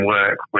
work